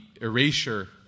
erasure